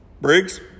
Briggs